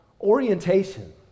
orientation